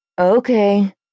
Okay